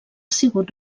sigut